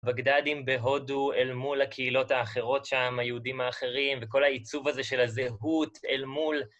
בגדדים בהודו, אל מול הקהילות האחרות שם, היהודים האחרים, וכל העיצוב הזה של הזהות, אל מול...